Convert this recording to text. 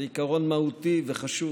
זה עיקרון מהותי וחשוב.